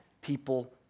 people